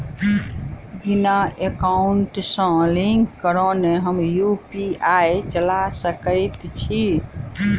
बिना एकाउंट सँ लिंक करौने हम यु.पी.आई चला सकैत छी?